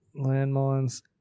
Landmines